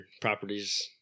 properties